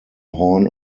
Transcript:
horn